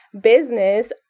business